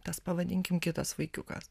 tas pavadinkim kitas vaikiukas